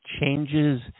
changes